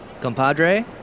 Compadre